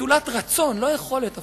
נטולת רצון, ללא יכולת אפילו,